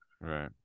right